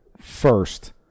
first